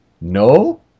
No